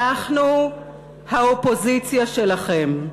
אנחנו האופוזיציה שלכם.